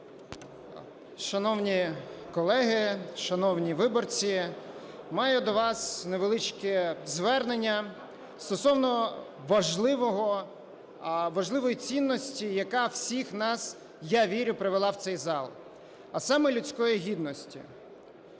Шановні колеги, шановні виборці! Маю до вас невеличке звернення стосовно важливої цінності, яка всіх нас, я вірю, привела в цей зал, а саме людської гідності.